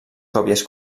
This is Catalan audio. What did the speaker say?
còpies